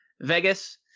Vegas